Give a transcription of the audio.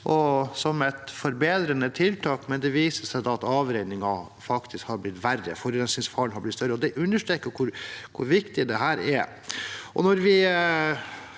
som et forbedrende tiltak, men det viser seg da at avrenningen faktisk har blitt verre – forurensningsfaren har blitt større. Det understreker hvor viktig dette er.